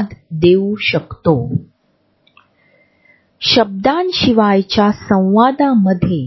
हा शब्द त्यांनी १९६३ मध्ये